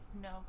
No